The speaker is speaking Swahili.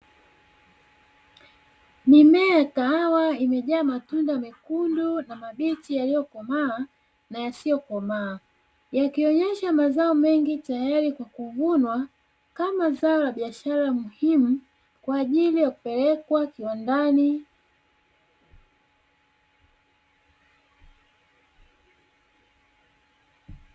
Mimiea ya kawaha imejaa matunda mekundu na mabichi yaliyokomaa na yasiokomaa. Yakionyesha mazao mengi tayari kwa kuvunwa, kama zao la biashara muhimu kwa ajili ya kupelekwa kiwandani.